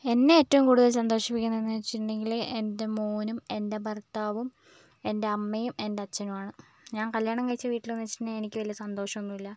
എന്നെ ഏറ്റവും കൂടുതൽ സന്തോഷിപ്പിക്കുന്നത് എന്തെന്ന് വെച്ച് കഴിഞ്ഞിട്ടുണ്ടെങ്കിൽ എൻ്റെ മോനും എൻ്റെ ഭർത്താവും എൻ്റെ അമ്മയും എൻ്റെ അച്ഛനുമാണ് ഞാൻ കല്യാണം കഴിച്ച വീട്ടിലെന്ന് വെച്ചിട്ടുണ്ടെങ്കിൽ എനിക്ക് വലിയ സന്തോഷം ഒന്നുമില്ല